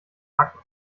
backen